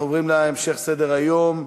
נמשיך בסדר-היום.